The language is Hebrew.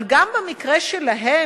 אבל גם במקרה שלהם,